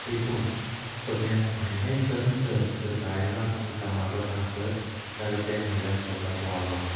देखून सगळ्यांत व्हडलें तंत्र जर गायनान आमी सांबाळपाचें आसत जाल्यार तें म्हणल्यार स्वताचो आवाज